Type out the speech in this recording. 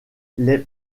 les